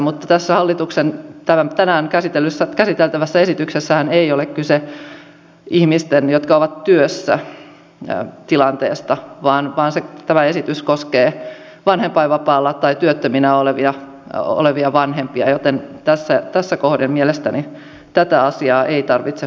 mutta tässä hallituksen tänään käsiteltävässä esityksessähän ei ole kyse ihmisten jotka ovat työssä tilanteesta vaan tämä esitys koskee vanhempainvapaalla tai työttöminä olevia vanhempia joten tässä kohden mielestäni tätä asiaa ei tarvitse huomioida